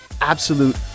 absolute